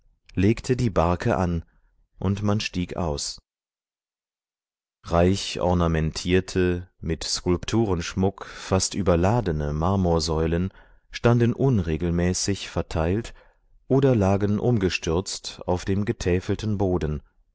legte die barke an und man stieg aus reich ornamentierte mit skulpturenschmuck fast überladene marmorsäulen standen unregelmäßig verteilt oder lagen umgestürzt auf dem getäfelten boden